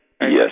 Yes